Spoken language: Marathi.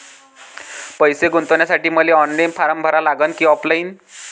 पैसे गुंतन्यासाठी मले ऑनलाईन फारम भरा लागन की ऑफलाईन?